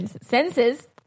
senses